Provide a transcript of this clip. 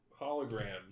holograms